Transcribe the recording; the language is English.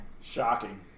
Shocking